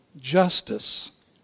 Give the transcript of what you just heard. justice